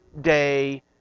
day